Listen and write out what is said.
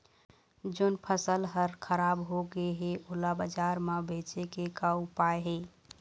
जोन फसल हर खराब हो गे हे, ओला बाजार म बेचे के का ऊपाय हे?